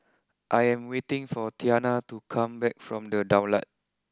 I am waiting for Tianna to come back from the Daulat